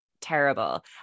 terrible